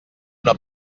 una